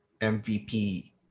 MVP